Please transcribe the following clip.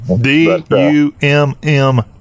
d-u-m-m